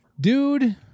dude